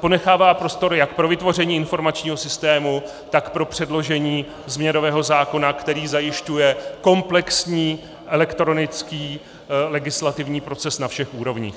ponechává prostor jak pro vytvoření informačního systému, tak pro předložení změnového zákona, který zajišťuje komplexní elektronický legislativní proces na všech úrovních.